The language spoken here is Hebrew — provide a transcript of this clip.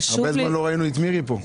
חשוב לי --- הרבה זמן לא ראינו את מירי פה.